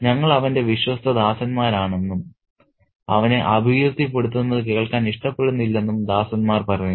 ഞങ്ങൾ അവന്റെ വിശ്വസ്ത ദാസന്മാരാണെന്നും അവനെ അപകീർത്തിപ്പെടുത്തുന്നത് കേൾക്കാൻ ഇഷ്ടപ്പെടുന്നില്ലെന്നും ദാസന്മാർ പറയുന്നു